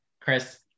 Chris